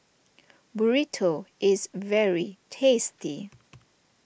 Burrito is very tasty